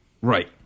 Right